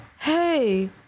Hey